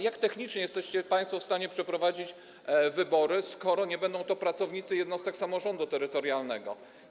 Jak technicznie jesteście państwo w stanie przeprowadzić wybory, skoro nie będą to pracownicy jednostek samorządu terytorialnego?